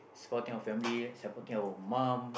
supporting our family supporting our mum